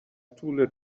طول